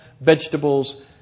vegetables